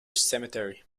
cemetery